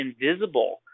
invisible